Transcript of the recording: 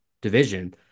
division